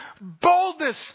boldness